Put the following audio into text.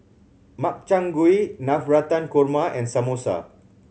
Makchang Gui Navratan Korma and Samosa